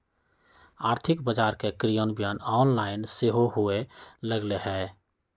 आर्थिक बजार के क्रियान्वयन ऑनलाइन सेहो होय लगलइ ह